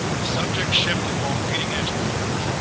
subject shifted while reading in its quarters.